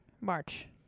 March